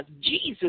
Jesus